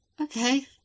Okay